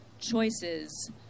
choices